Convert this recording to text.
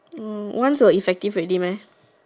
orh once will effective already meh